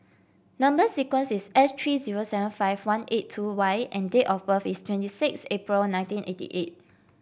number sequence is S three zero seven five one eight two Y and date of birth is twenty six April nineteen eighty eight